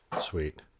Sweet